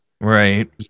right